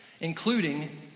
including